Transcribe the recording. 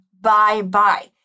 bye-bye